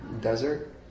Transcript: desert